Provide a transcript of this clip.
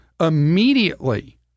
immediately